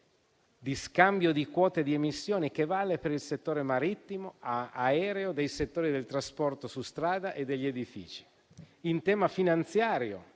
di scambio di quote di emissioni, che vale per il settore marittimo e aereo, per i settori del trasporto su strada e degli edifici. In tema finanziario,